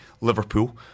Liverpool